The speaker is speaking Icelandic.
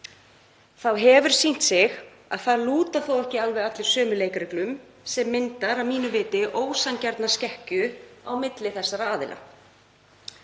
þá hefur það sýnt sig að það lúta ekki alveg allir sömu leikreglum sem myndar að mínu viti ósanngjarna skekkju á milli þessara aðila.